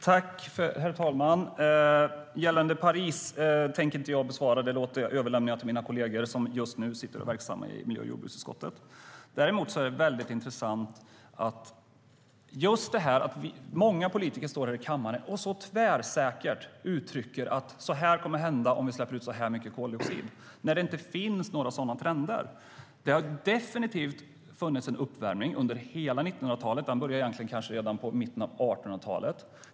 Herr talman! När det gäller Paris överlåter jag svaret på frågan till mina kollegor som just nu är verksamma i miljö och jordbruksutskottet. Det är väldigt intressant att många politiker står här i kammaren och så tvärsäkert uttrycker att det här kommer att hända om vi släpper ut så här mycket koldioxid, när det inte finns några sådana trender. Det har definitivt skett en uppvärmning under hela 1900-talet. Den började egentligen redan i mitten av 1800-talet.